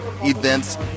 events